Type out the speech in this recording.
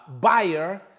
buyer